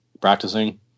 practicing